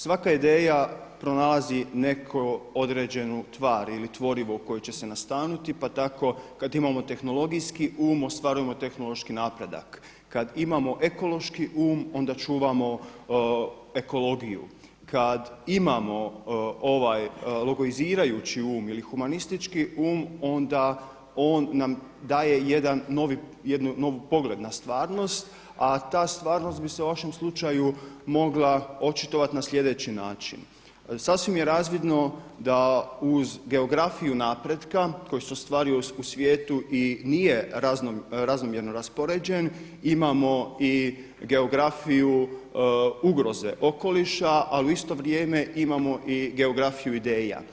Svaka ideja pronalazi neku određenu tvar ili tvorivu u koju će se nastaniti pa tako kada imamo tehnologijski um ostvarujemo tehnološki napredak, kada imamo ekološki um onda čuvamo ekologiju, kada imamo ovaj logoizirajući um ili humanistički um onda on nam daje jednu novu pogled na stvarnost, a ta stvarnost bi se u vašem slučaju mogla očitovati na sljedeći način, sasvim je razvidno da uz geografiju napretka koja se ostvaruje u svijetu i nije raznomjerno raspoređen imamo i geografiju ugroze okoliša, a u isto vrijeme imamo i geografiju ideja.